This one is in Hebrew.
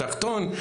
תחתון.